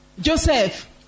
Joseph